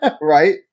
Right